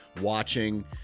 watching